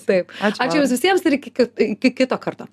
taip ačiū jums visiems ir iki ki iki kito karto